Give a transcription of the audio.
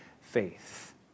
faith